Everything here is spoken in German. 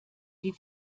die